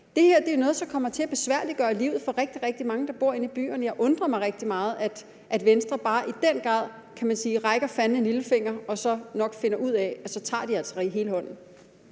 noget, som kommer til at besværliggøre livet for rigtig, rigtig mange, der bor i inde i byerne, og jeg undrer mig rigtig meget over, at Venstre bare i den grad, kan man sige, rækker fanden en lillefinger og altså nok finder ud af, at de så tager hele hånden.